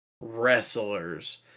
wrestlers